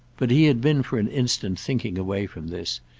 but he had been for an instant thinking away from this,